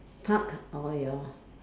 park or your